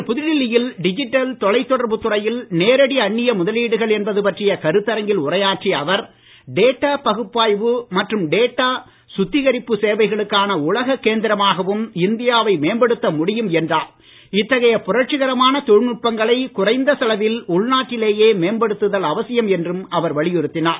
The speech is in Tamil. இன்று புதுடில்லியில் டிஜிட்டல் தொலைதொடர்புத் துறையில் நேரடி அந்நிய முதலீடுகள் என்பது பற்றிய கருத்தரங்கில் உரையாற்றிய அவர் டேட்டா பகுப்பாய்வு மற்றும் டேட்டா சுத்திகரிப்பு சேவைகளுக்கான உலக கேந்திரமாகவும் இந்தியாவை தொழில்நுட்பங்களை குறைந்த செலவில் உள்நாட்டிலேயே மேம்படுத்துதல் அவசியம் என்றும் அவர் வலியுறுத்தினார்